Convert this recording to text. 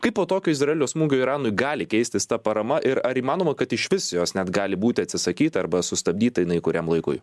kaip po tokio izraelio smūgio iranui gali keistis ta parama ir ar įmanoma kad išvis jos net gali būti atsisakyta arba sustabdyta jinai kuriam laikui